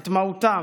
את מהותם,